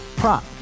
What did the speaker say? prop